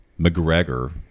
mcgregor